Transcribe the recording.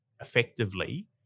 effectively